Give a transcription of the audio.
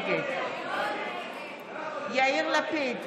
נגד יאיר לפיד,